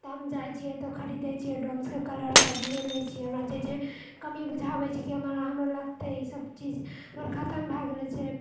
तऽ हम जाइत छिऐ तऽ खरीदए छिऐ डोम्स कलर सभ लए लए छिऐ हमरा जे जे कमी बुझाबए छै कि हमरा हमर लगतै ई सभ चीज खत्म भए गेल छै